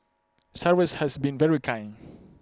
cyrus has been very kind